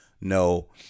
no